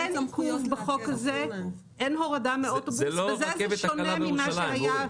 אין להם סמכויות בחוק הזה, אסור להם.